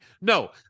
No